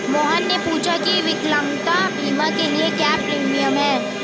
मोहन ने पूछा की विकलांगता बीमा के लिए क्या प्रीमियम है?